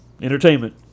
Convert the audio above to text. entertainment